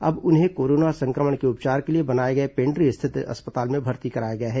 अब उन्हें कोरोना संक्रमण के उपचार के लिए बनाए गए पेण्ड्री स्थित अस्पताल में भर्ती कराया गया है